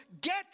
Get